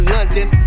London